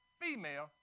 female